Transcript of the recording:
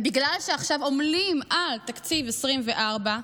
בגלל שעכשיו עמלים על תקציב 2024,